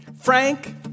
Frank